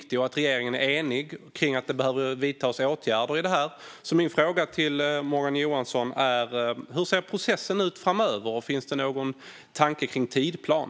Jag vet också att regeringen är enig om att det behöver vidtas åtgärder. Min fråga till Morgan Johansson är: Hur ser processen ut framöver, och finns det någon tanke kring en tidsplan?